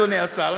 אדוני השר,